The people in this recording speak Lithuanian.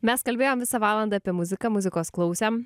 mes kalbėjom visą valandą apie muziką muzikos klausėm